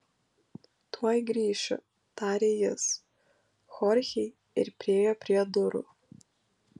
tuoj grįšiu tarė jis chorchei ir priėjo prie durų